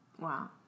Wow